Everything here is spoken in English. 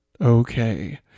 okay